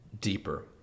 deeper